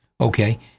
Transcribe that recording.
Okay